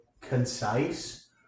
concise